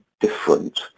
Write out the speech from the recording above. different